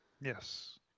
Yes